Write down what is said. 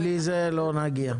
בלי זה לא נגיע.